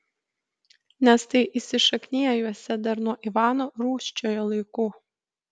nes tai įsišakniję juose dar nuo ivano rūsčiojo laikų